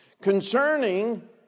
concerning